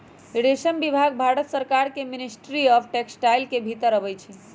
रेशम विभाग भारत सरकार के मिनिस्ट्री ऑफ टेक्सटाइल के भितर अबई छइ